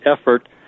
effort